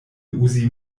uzi